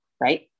right